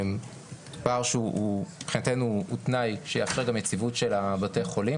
פער שמבחינתנו הוא תנאי שיאפשר יציבות של בתי החולים.